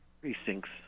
precincts